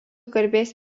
garbės